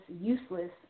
useless